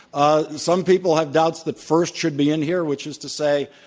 ah some people have doubts that first should be in here which is to say,